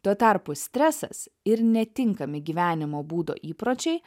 tuo tarpu stresas ir netinkami gyvenimo būdo įpročiai